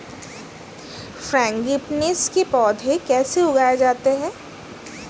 Frangipanis के पौधे कैसे उगाए जाते हैं?